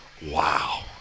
Wow